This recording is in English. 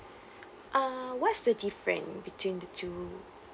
ah what's the different between the two